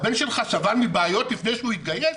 הבן שלך סבל מבעיות לפני שהוא התגייס?